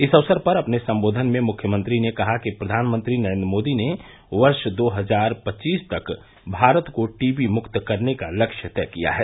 इस अवसर पर अपने सम्बोधन में मुख्यमंत्री ने कहा कि प्रधानमंत्री नरेन्द्र मोदी ने वर्ष दो हजार पच्चीस तक भारत को टीबी मुक्त करने का लक्ष्य तय किया है